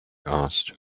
asked